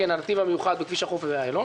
הנתיב המיוחד בכביש החוף ואיילון.